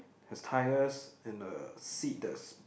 his tires and the seat is